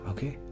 Okay